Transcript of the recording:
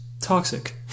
toxic